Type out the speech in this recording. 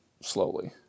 slowly